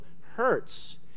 hurts